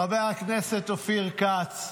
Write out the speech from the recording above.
חבר הכנסת אופיר כץ,